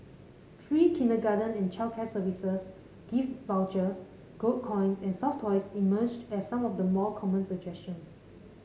free kindergarten and childcare services gift vouchers gold coins and soft toys emerged as some of the more common suggestions